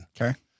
okay